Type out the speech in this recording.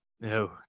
No